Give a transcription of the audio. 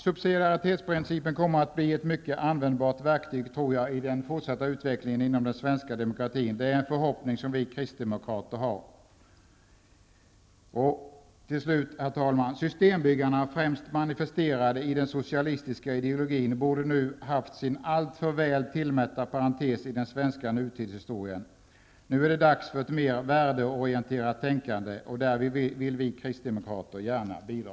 Subsidiaritetsprincipen kommer att bli ett mycket användbart verktyg i den fortsatta utvecklingen av den svenska demokratin. Det är en förhoppning som vi kristdemokrater har. Till sist, herr talman: Systembyggarna -- främst hemmahörande i den socialistiska ideologin -- borde nu ha haft sin alltför väl tillmätta tid, som blir en parentes i svensk nutidshistoria. Nu är det dags för ett mer värdeorienterat tänkande, och där vill vi kristdemokrater gärna bidra.